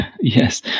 Yes